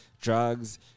drugs